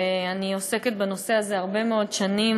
ואני עוסקת בנושא הזה הרבה מאוד שנים,